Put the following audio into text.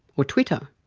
or twitter?